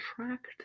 attract